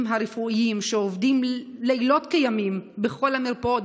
הרפואיים שעובדים לילות כימים בכל המרפאות,